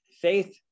faith